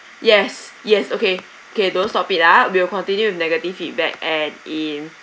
yes yes okay okay don't stop it ah we'll continue with negative feedback and in